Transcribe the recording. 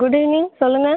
good evening சொல்லுங்கள்